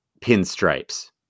pinstripes